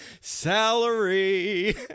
Salary